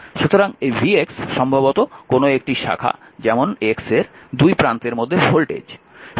সুতরাং এই vx সম্ভবত কোনও একটি শাখা যেমন x এর দুই প্রান্তের মধ্যে ভোল্টেজ